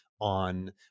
on